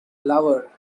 lover